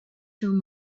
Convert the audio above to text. through